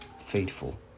faithful